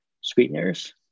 sweeteners